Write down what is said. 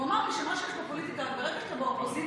הוא אמר לי שמה שיש בפוליטיקה הוא שברגע שאתה באופוזיציה,